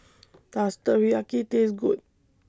Does Teriyaki Taste Good